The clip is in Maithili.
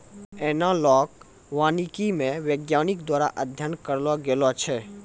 एनालाँक वानिकी मे वैज्ञानिक द्वारा अध्ययन करलो गेलो छै